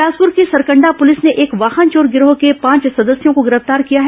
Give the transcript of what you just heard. बिलासपुर की सरकंडा पुलिस ने एक वाहन चोर गिरोह के पांच सदस्यों को गिरफ्तार किया है